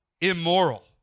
immoral